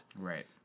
Right